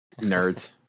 Nerds